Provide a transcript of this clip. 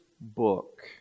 book